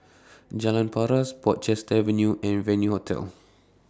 Jalan Paras Portchester Avenue and Venue Hotel